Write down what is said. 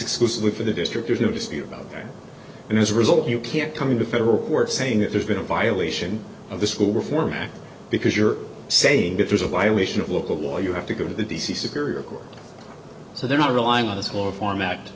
exclusively for the district there's no dispute about that and as a result you can't come into federal court saying that there's been a violation of the school reform act because you're saying that there's a violation of local while you have to go to the d c superior court so they're not relying on the slow format